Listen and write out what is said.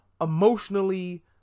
emotionally